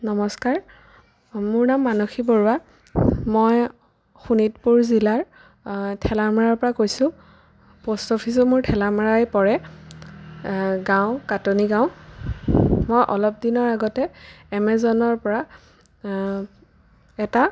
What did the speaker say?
নমস্কাৰ মোৰ নাম মানসী বৰুৱা মই শোণিতপুৰ জিলাৰ ঠেলামৰাৰ পৰা কৈছোঁ পোষ্ট অফিচো মোৰ ঠেলামৰাই পৰে গাঁও কাটনি গাঁও মই অলপ দিনৰ আগতে এমেজনৰ পৰা এটা